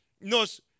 nos